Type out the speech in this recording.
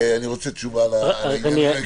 אני רוצה תשובה לעניין הזה,